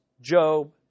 Job